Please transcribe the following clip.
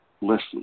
listen